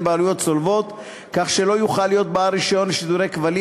בעלויות צולבות כך שלא יוכל להיות בעל רישיון לשידורי כבלים